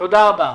תודה רבה.